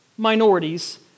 minorities